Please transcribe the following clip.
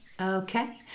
okay